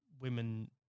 women